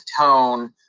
tone